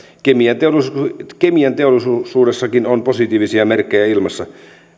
kemianteollisuudessakin kemianteollisuudessakin on positiivisia merkkejä ilmassa